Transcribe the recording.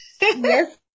Yes